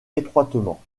étroitement